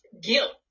guilt